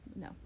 No